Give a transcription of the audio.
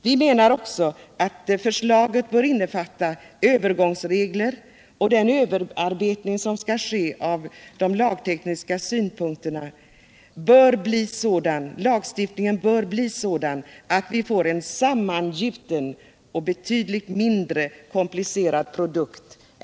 Förslaget bör enligt vår mening innefatta erforderliga övergångsregler och den överarbetning från lagtekniska synpunkter som krävs för att lagstiftningen skall bli en sammangjuten och mindre komplicerad produkt.